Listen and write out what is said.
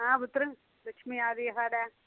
आं पुत्तर लक्ष्मी आई दी साढ़े